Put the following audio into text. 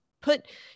put